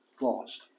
lost